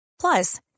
Plus